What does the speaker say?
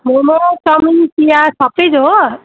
momo chowmein चिया सबै हो